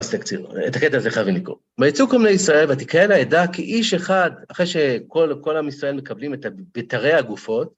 אז תקציר, את הקטע הזה חייבים לקרוא. ויצאו כל בני ישראל ותקראנה עדה כי איש אחד, אחרי שכל עם ישראל מקבלים את ביתרי הגופות